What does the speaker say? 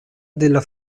della